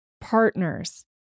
partners